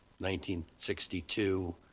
1962